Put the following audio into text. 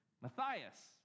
Matthias